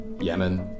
Yemen